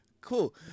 Cool